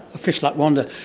a fish like wanda.